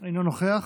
אינו נוכח.